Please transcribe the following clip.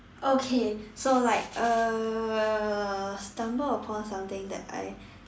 okay so like uh stumble upon something that I